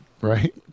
Right